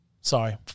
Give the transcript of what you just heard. sorry